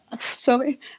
sorry